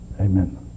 Amen